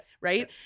Right